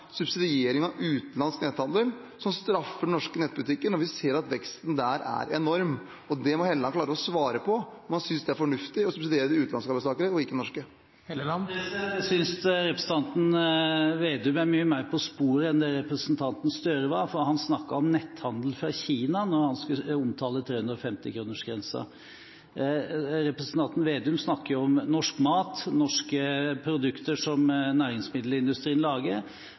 subsidiering av utenlandsk netthandel som straffer norske nettbutikker, når vi ser at veksten der er enorm? Det må representanten Helleland klare å svare på – om han synes det er fornuftig å subsidiere utenlandske arbeidstakere og ikke norske. Jeg synes representanten Vedum er mye mer på sporet enn det representanten Støre var, for han snakket om netthandel fra Kina da han skulle omtale 350-kronersgrensen. Representanten Vedum snakker om norsk mat, norske produkter som næringsmiddelindustrien lager.